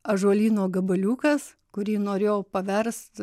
ąžuolyno gabaliukas kurį norėjo paverst